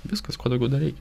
viskas ko daugiau dar reikia